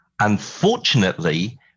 Unfortunately